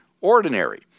ordinary